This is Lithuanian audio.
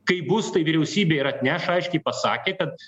kaip bus tai vyriausybė ir atneš aiškiai pasakė kad